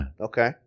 Okay